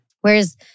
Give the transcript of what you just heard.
Whereas